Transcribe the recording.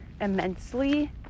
immensely